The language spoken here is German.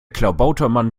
klabautermann